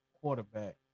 quarterback